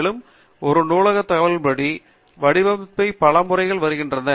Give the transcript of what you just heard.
மேலும் ஒரு நூலகத் தகவலின் வடிவமைப்பு பல முறைகளில் வருகிறது